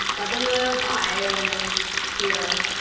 and and hide! i mean i'm just here.